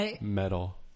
Metal